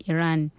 Iran